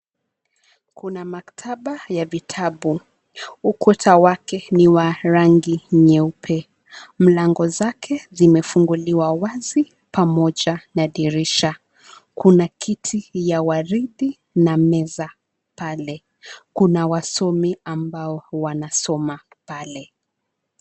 Kuna maktaba ya vitabu, ukuta wake ni wa rangi nyeupe. Mlango zake zimefunguliwa wazi pamoja na dirisha. Kuna kiti ya waridi na meza pale. Kuna wasomi ambao wanasoma pale.